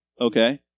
Okay